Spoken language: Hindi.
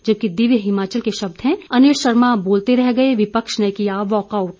जबकि दिव्य हिमाचल के शब्द हैं अनिल शर्मा बोलते रह गए विपक्ष ने किया वाकआउट